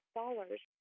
dollars